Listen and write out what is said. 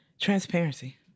Transparency